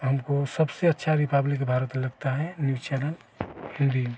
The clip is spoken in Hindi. हमको सबसे अच्छा रिपब्लिक भारत लगता है न्यूज चैनल हिन्दी में